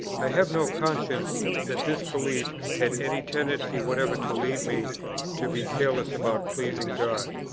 i have no consciousness that this belief had any tendency whatever to lead me to be careless about pleasing god.